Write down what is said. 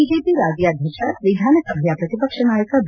BJP ರಾಜ್ಯಾಧ್ಯಕ್ಷ ವಿಧಾನಸಭೆಯ ಪ್ರತಿಪಕ್ಷ ನಾಯಕ ಬಿ